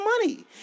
money